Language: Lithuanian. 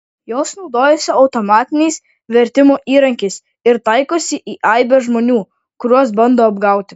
jos naudojasi automatiniais vertimų įrankiais ir taikosi į aibę žmonių kuriuos bando apgauti